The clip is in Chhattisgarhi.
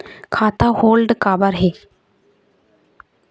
खाता होल्ड काबर होथे?